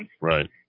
right